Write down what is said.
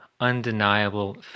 undeniable